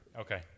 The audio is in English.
Okay